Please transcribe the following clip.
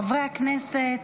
חברי הכנסת,